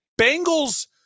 Bengals